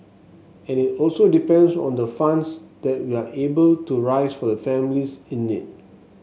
and it also depends on the funds that we are able to raise for the families in need